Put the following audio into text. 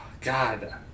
God